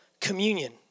communion